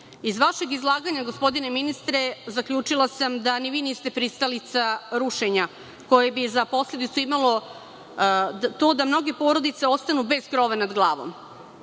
vašeg izlaganja, gospodine ministre, zaključila sam da ni vi niste pristalica rušenja koje bi za posledicu imalo to da mnoge porodice ostanu bez krova nad glavom.